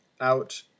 out